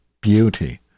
beauty